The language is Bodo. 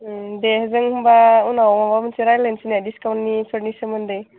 देह जों होनबा उनाव माबा मोनसे रायज्लायनोसै ने डिसकाउन्टफोरनि सोमोन्दै